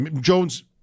Jones